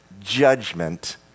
judgment